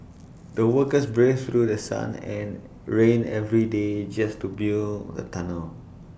the workers braved through The Sun and rain every day just to build A tunnel